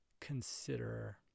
consider